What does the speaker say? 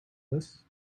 this